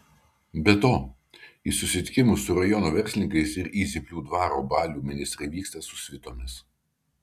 be to į susitikimus su rajono verslininkais ir į zyplių dvaro balių ministrai vyksta su svitomis